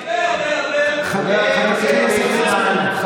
יראת שמיים, יראי שמיים.